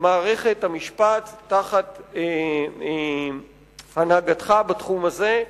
מערכת המשפט תחת הנהגתך בתחום הזה,